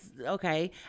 okay